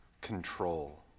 control